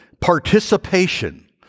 Participation